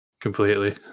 Completely